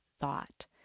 thought